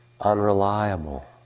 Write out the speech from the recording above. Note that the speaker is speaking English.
unreliable